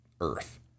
Earth